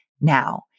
now